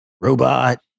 robot